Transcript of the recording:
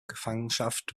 gefangenschaft